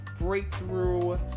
breakthrough